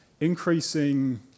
increasing